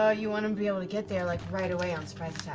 ah you want to be able to get there like right away on surprise attack,